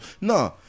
Nah